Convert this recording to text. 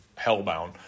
hellbound